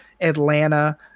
Atlanta